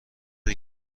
این